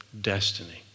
destiny